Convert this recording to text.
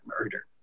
murder